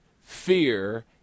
Fear